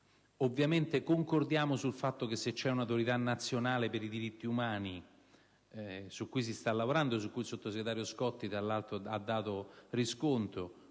ovviamente concordiamo sul fatto che, qualora vi fosse un'autorità nazionale per i diritti umani (su cui si sta lavorando e a cui il sottosegretario Scotti, tra l'altro, ha dato riscontro),